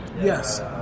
Yes